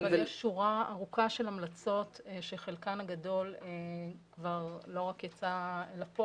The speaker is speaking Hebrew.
אבל יש שורה ארוכה של המלצות שחלקן הגדול כבר לא רק יצא לפועל,